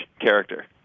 character